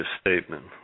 statement